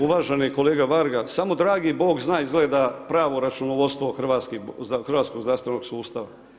Uvaženi kolega Varga, samo dragi Bog zna izgleda pravo računovodstvo hrvatskog zdravstvenog sustava.